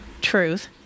Truth